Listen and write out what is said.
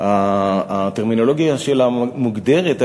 הטרמינולוגיה שלה גם מוגדרת,